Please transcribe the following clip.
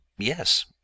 yes